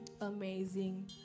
Amazing